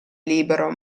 libero